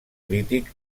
crític